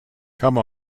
come